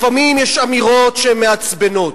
לפעמים יש אמירות שמעצבנות,